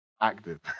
active